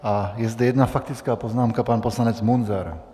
A je zde jedna faktická poznámka, pan poslanec Munzar.